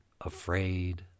afraid